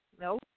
No